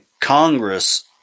Congress